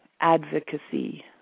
advocacy